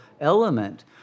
element